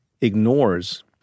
ignores